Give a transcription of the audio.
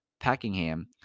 Packingham